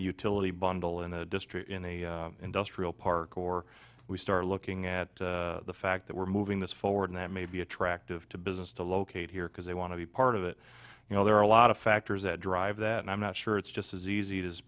a utility bundle in a district or in a industrial park or we start looking at the fact that we're moving this forward and that may be attractive to business to locate here because they want to be part of it you know there are a lot of factors that drive that and i'm not sure it's just as easy as